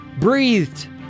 breathed